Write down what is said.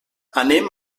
anem